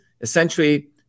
essentially